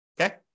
Okay